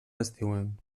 estiuenc